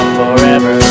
forever